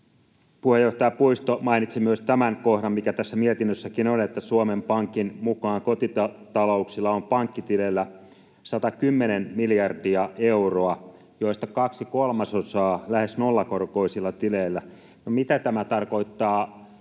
Puheenjohtaja Puisto mainitsi myös tämän kohdan, mikä tässä mietinnössäkin on, että Suomen Pankin mukaan kotitalouksilla on pankkitileillä 110 miljardia euroa, joista kaksi kolmasosaa lähes nollakorkoisilla tileillä. No, mitä tämä tarkoittaa